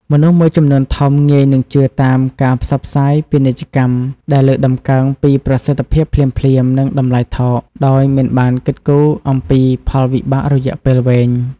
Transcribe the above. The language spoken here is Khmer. មនុស្សមួយចំនួនធំ ងាយនឹងជឿតាមការផ្សព្វផ្សាយពាណិជ្ជកម្មដែលលើកតម្កើងពីប្រសិទ្ធភាពភ្លាមៗ និងតម្លៃថោក ដោយមិនបានគិតគូរអំពីផលវិបាករយៈពេលវែង។